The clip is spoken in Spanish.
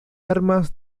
armas